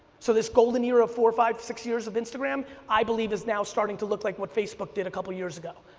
so this golden era of four, five, six years of instagram, i believe is now starting to look like what facebook did a couple years ago,